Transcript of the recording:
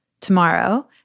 tomorrow